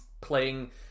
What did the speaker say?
playing